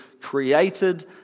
created